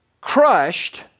crushed